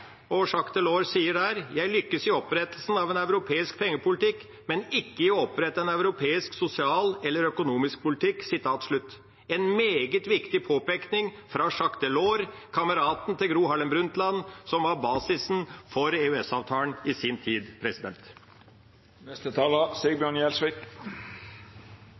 125. Jacques Delors sier der: Jeg lyktes i opprettelsen av en europeiske pengepolitikk, men ikke i å opprette en europeiske sosial eller økonomisk politikk. Det er en meget viktig påpekning fra Jacques Delors – kameraten til Gro Harlem Brundtland – og som var basisen for EØS-avtalen i sin tid.